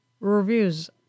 Reviews